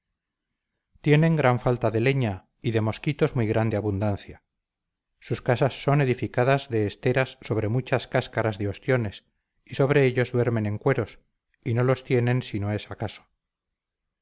tienen gran falta de leña y de mosquitos muy grande abundancia sus casas son edificadas de esteras sobre muchas cáscaras de ostiones y sobre ellos duermen en cueros y no los tienen sino es acaso